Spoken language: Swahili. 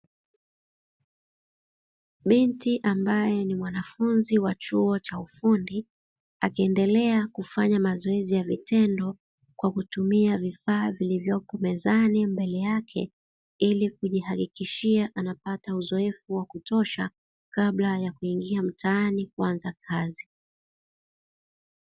Binti ambaye ni mwanafunzi wa chuo cha ufundi akiendelea kufanya maazoezi ya vitendo, kwa kutumia vifaa vilivyopo mezani mbele yake ili kujihakikishia anapata uzoefu wa kutosha, kabla ya kuingia mtaani kuanza kazi.